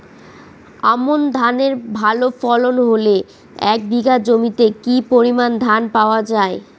আমন ধানের ভালো ফলন হলে এক বিঘা জমিতে কি পরিমান ধান পাওয়া যায়?